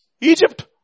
Egypt